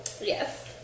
Yes